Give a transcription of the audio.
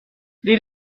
les